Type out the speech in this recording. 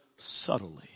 subtly